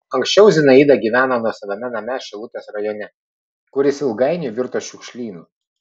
anksčiau zinaida gyveno nuosavame name šilutės rajone kuris ilgainiui virto šiukšlynu